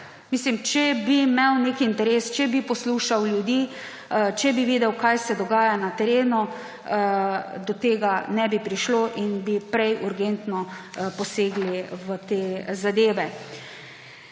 Če bi imel nek interes, če bi poslušal ljudi, če bi videl, kaj se dogaja na terenu, do tega ne bi prišlo in bi prej urgentno posegli v te zadeve.